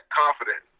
confident